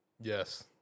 Yes